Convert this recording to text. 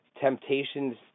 Temptations